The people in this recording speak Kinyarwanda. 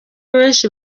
benshi